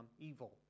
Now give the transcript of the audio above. evil